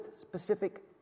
specific